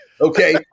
Okay